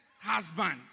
husband